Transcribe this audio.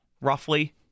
roughly